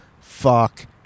Fuck